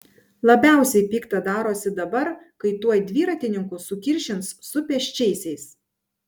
labiausiai pikta darosi dabar kai tuoj dviratininkus sukiršins su pėsčiaisiais